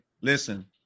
listen